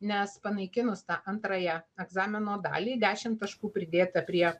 nes panaikinus tą antrąją egzamino dalį dešimt taškų pridėta prie